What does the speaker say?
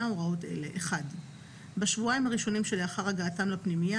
הוראות אלה: בשבועיים הראשונים שלאחר הגעתם לפנימייה